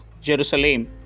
Jerusalem